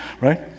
Right